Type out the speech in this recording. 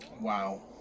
Wow